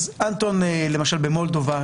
אנטון למשל במולדובה,